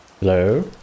Hello